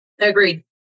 Agreed